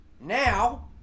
now